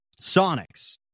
Sonics